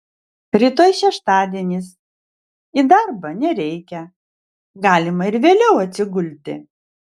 rytoj šeštadienis į darbą nereikia galima ir vėliau atsigulti